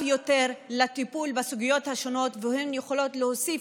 יותר לטיפול בסוגיות השונות והן יכולות להוסיף,